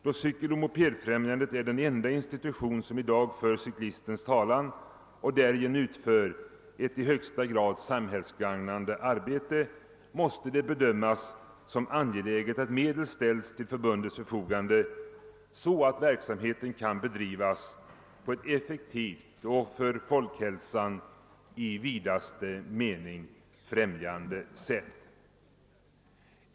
Då Cykeloch mopedfrämjandet är den enda institution som i dag för cyklistens talan och därigenom utför ett i högsta grad samhällsgagnade arbete, måste det bedömas som angeläget att medel ställs till förbundets förfogande, så att verksamheten kan bedrivas på ett effektivt och för folkhälsan i vidaste mening främjande sätt.